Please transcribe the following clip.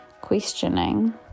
questioning